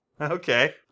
Okay